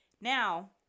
Now